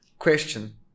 Question